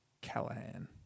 Callahan